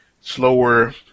slower